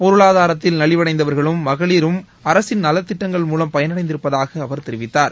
பொருளாதாரத்தில் நலிவடைந்தவர்களும் மகளிரும் அரசின் நலத்திட்டங்கள் மூலம் பயனடைந்திருப்பதாக அவர் தெரிவித்தார்